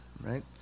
right